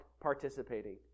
participating